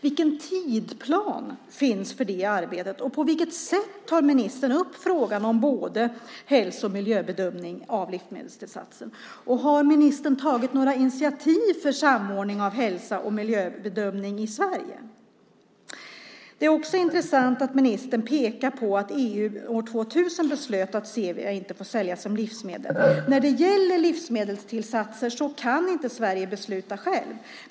Vilken tidsplan finns för det arbetet och på vilket sätt tar ministern upp frågan om både hälso och miljöbedömning av livsmedelstillsatser? Har ministern tagit några initiativ för samordning av hälso och miljöbedömning i Sverige? Det är också intressant att ministern pekar på att EU år 2000 beslutade att stevia inte får säljas som livsmedel. När det gäller livsmedelstillsatser kan inte Sverige besluta självt.